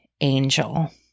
Angel